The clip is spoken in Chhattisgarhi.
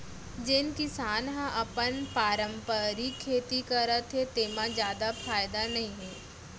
जेन किसान ह अपन पारंपरिक खेती करत हे तेमा जादा फायदा नइ हे